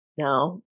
No